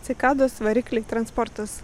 cikados varikliai transportas